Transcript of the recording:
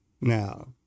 Now